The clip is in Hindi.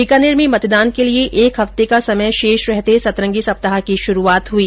बीकानेर में मतदान के लिए एक हफ्ते का समय शेष रहते सतरंगी सप्ताह की श्रूआत हुई